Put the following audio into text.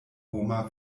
homa